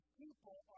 people